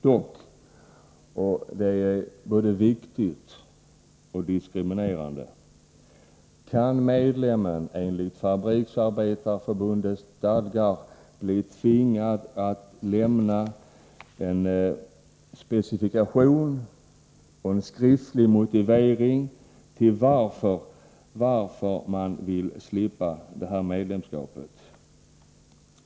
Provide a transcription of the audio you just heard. Dock — och det är både viktigt och 137 diskriminerande — kan medlemmen enligt Fabriksarbetareförbundets stadgär tvingas lämna specificerade uppgifter och en skriftlig motivering till att hän eller hon vill slippa medlemskapet.